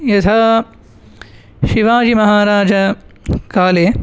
यथा शिवाजीमहाराजकाले